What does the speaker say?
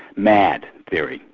mad theory,